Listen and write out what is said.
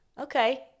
okay